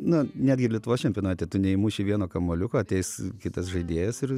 nu netgi ir lietuvos čempionate tu neįmuši vieno kamuoliuko ateis kitas žaidėjas ir